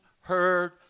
heard